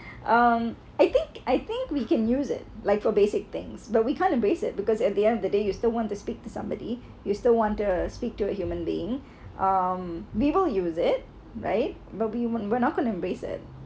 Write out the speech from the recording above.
um I think I think we can use it like for basic things but we can't embrace it because at the end of the day you still want to speak to somebody you still want to speak to a human being um people use it right but we weren't we're not gonna embrace it